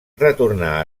retornà